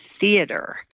theater